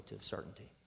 certainty